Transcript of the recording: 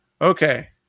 Okay